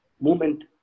movement